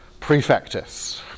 prefectus